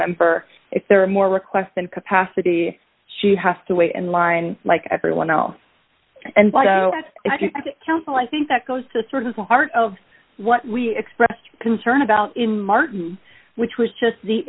member if there are more requests than capacity she has to wait in line like everyone else and like council i think that goes to sort of the heart of what we expressed concern about in martin which was just the